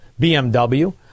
BMW